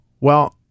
Well-